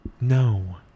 No